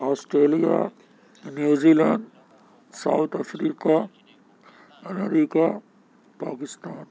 Australia New Zealand South Africa America Pakistan